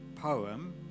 poem